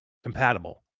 compatible